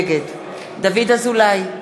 נגד דוד אזולאי,